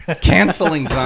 Canceling